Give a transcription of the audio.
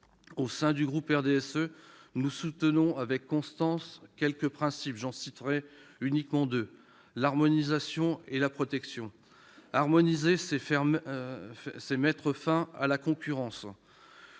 Au sein du groupe du RDSE, nous soutenons avec constance quelques principes. J'en citerai deux : l'harmonisation et la protection. Harmoniser, c'est mettre fin à la concurrence.